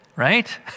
right